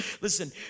Listen